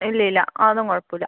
ഇല്ല ഇല്ല അത് ഒന്നും കുഴപ്പം ഇല്ല